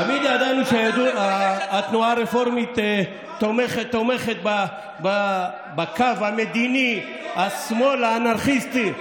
תמיד ידענו שהתנועה הרפורמית תומכת בקו המדיני השמאל האנרכיסטי.